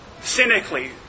cynically